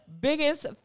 biggest